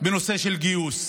בנושא של הגיוס.